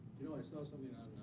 you know, i saw something on